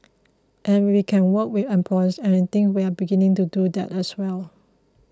and we can work with employers and I think we're beginning to do that as well